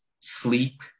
sleep